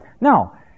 Now